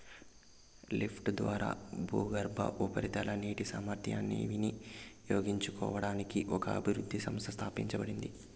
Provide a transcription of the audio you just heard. లిఫ్ట్ల ద్వారా భూగర్భ, ఉపరితల నీటి సామర్థ్యాన్ని వినియోగించుకోవడానికి ఒక అభివృద్ధి సంస్థ స్థాపించబడింది